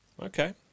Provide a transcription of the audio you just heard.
Okay